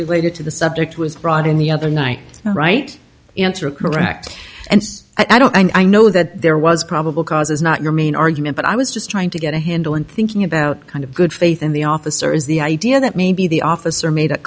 related to the subject was brought in the other night the right answer correct and i don't i know that there was probable cause is not your main argument but i was just trying to get a handle in thinking about kind of good faith in the officer is the idea that maybe the officer made